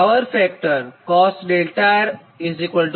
power factor cos𝛿𝑅0